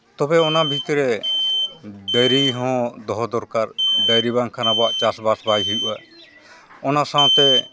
ᱛᱚᱵᱮ ᱚᱱᱟ ᱵᱷᱤᱛᱨᱮ ᱰᱟᱹᱝᱨᱤ ᱦᱚᱸ ᱫᱚᱦᱚ ᱫᱚᱨᱠᱟᱨ ᱰᱟᱹᱝᱨᱤ ᱵᱟᱝᱠᱷᱟᱱ ᱟᱵᱚᱣᱟᱜ ᱪᱟᱥᱵᱟᱥ ᱵᱟᱝ ᱦᱩᱭᱩᱜᱼᱟ ᱚᱱᱟ ᱥᱟᱶᱛᱮ